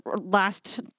last